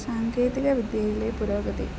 സാങ്കേതിക വിദ്യയിലെ പുരോഗതി